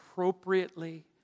Appropriately